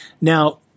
Now